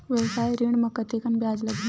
व्यवसाय ऋण म कतेकन ब्याज लगही?